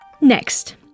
Next